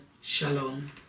shalom